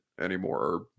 anymore